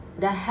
there has